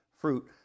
fruit